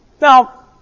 Now